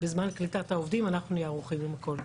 בזמן קליטת העובדים אנחנו נהיה ערוכים עם הכול,